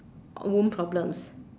womb problems